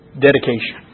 dedication